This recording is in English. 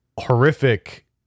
horrific